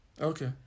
Okay